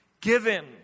given